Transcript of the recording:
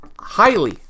highly